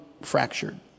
fractured